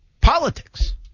politics